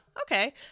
okay